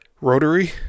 rotary